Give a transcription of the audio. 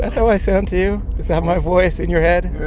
and how i sound to you? is that my voice in your head?